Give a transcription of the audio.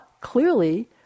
clearly